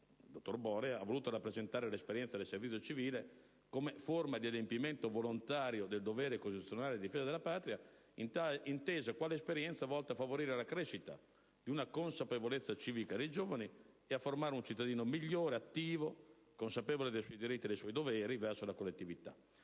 dottor Borea, abbia voluto rappresentare l'esperienza del servizio civile come forma di adempimento volontario del dovere costituzionale di difesa della Patria, intesa quale esperienza volta a favorire la crescita di una consapevolezza civica nei giovani e a formare un cittadino migliore, attivo, consapevole dei suoi diritti e cosciente dei suoi doveri verso la collettività;